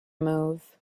move